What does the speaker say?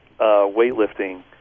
weightlifting